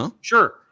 Sure